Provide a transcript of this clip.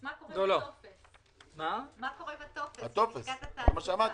מה קורה עם הטופס של לשכת התעסוקה?